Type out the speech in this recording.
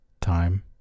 Time